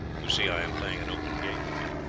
you see i am playing an open game with you.